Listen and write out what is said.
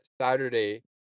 Saturday